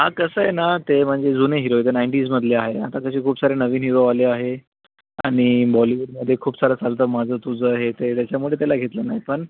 हां कसं आहे ना ते म्हणजे जुने हीरो नाईन्टीज मधले आहे आता तसे खूप सारे नवीन हीरो आले आहे आणि बॉलीवूडमध्ये खूप सारं चालतं माझं तुझं हे ते त्याच्यामुळे त्याला घेतलं नाही पण